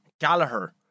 Gallagher